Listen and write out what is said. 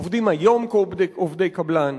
עובדים היום כעובדי קבלן.